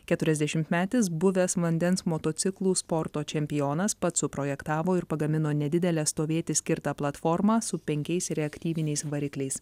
keturiasdešimtmetis buvęs vandens motociklų sporto čempionas pats suprojektavo ir pagamino nedidelę stovėti skirtą platformą su penkiais reaktyviniais varikliais